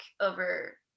over